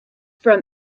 from